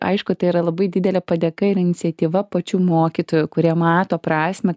aišku tai yra labai didelė padėka ir iniciatyva pačių mokytojų kurie mato prasmę